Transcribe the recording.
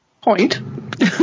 Point